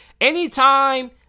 anytime